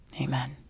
amen